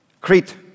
Crete